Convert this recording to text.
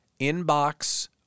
inbox